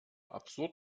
absurd